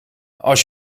als